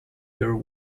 your